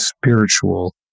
spiritual